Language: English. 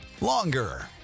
longer